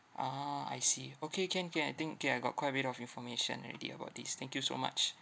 ah I see okay can can I think K I got quite a bit of information already about this thank you so much